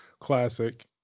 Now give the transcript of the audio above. classic